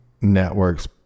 networks